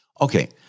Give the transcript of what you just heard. Okay